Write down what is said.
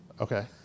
Okay